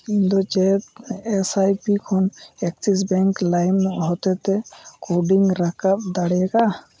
ᱤᱧ ᱫᱚ ᱪᱮᱫ ᱮᱹᱥ ᱟᱭ ᱯᱤ ᱠᱷᱚᱱ ᱮᱠᱥᱤᱥ ᱵᱮᱝᱠ ᱞᱟᱭᱤᱢ ᱦᱚᱛᱮᱡ ᱛᱮ ᱠᱚᱰᱤᱝ ᱨᱟᱠᱟᱵ ᱫᱟᱲᱮᱭᱟᱜᱼᱟ